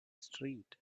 street